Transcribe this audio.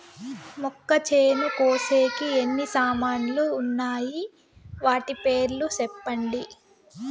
మొక్కచేను కోసేకి ఎన్ని సామాన్లు వున్నాయి? వాటి పేర్లు సెప్పండి?